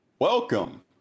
Welcome